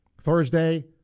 Thursday